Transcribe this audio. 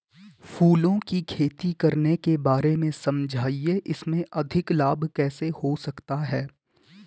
फूलों की खेती करने के बारे में समझाइये इसमें अधिक लाभ कैसे हो सकता है?